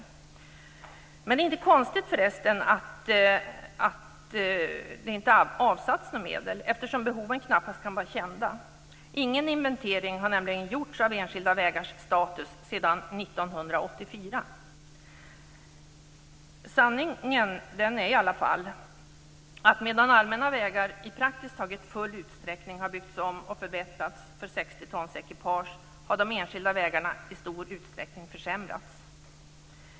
Det är förresten inte konstigt att det inte har avsatts några medel, eftersom behoven knappast kan vara kända. Ingen inventering har nämligen gjorts av enskilda vägars status sedan 1984. Sanningen är i varje fall att medan allmänna vägar i praktiskt taget full utsträckning har byggts om och förbättrats för 60 tons ekipage har de enskilda vägarna i stor utsträckning försämrats.